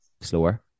slower